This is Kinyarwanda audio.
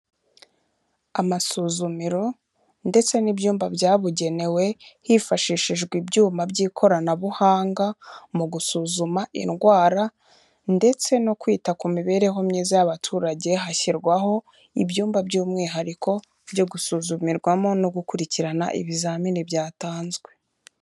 Amasuzumiro ndetse n'ibyumba byabugenewe, hifashishijwe ibyuma by'ikoranabuhanga, mu gusuzuma indwara, ndetse no kwita ku mibereho myiza y'abaturage, hashyirwaho ibyumba by'umwihariko byo gusuzumirwamo no gukurikirana ibizamini byatanzwe.